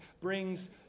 brings